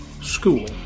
school